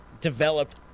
developed